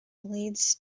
leads